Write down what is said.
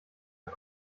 auf